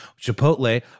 Chipotle